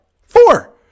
Four